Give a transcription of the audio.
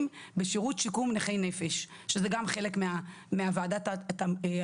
בשירות שיקום נכי נפש שזה גם חלק מוועדת התעריפים.